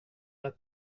att